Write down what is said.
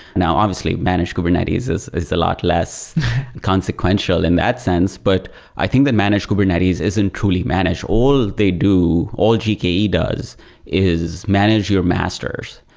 now, obviously, managed kubernetes is is a lot less consequential in that sense. but i think that managed kubernetes isn't truly managed. all they do, all gke does is manage your masters,